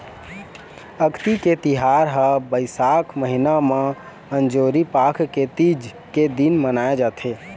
अक्ती के तिहार ह बइसाख महिना म अंजोरी पाख के तीज के दिन मनाए जाथे